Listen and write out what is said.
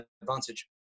advantage